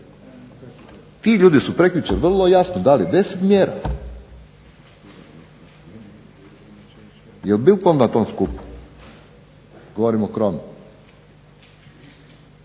Ti ljudi su prekjučer vrlo jasno dali 10 mjera. Jel bio tko na tom skupu, govorim o Chromi.